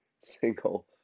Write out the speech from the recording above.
single